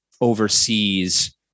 oversees